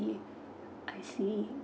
I see